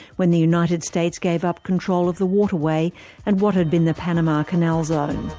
when the united states gave up control of the waterway and what had been the panama canal zone.